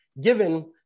given